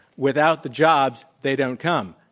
without the jobs, they don't come.